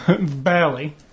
Barely